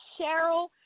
Cheryl